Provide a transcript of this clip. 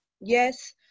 Yes